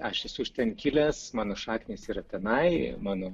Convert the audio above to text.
aš esu iš ten kilęs mano šaknys yra tenai mano